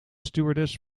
stewardess